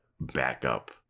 backup